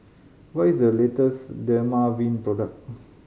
what is the latest Dermaveen product